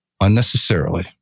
unnecessarily